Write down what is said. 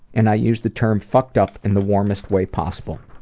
and i use the term fucked up in the warmest way possible.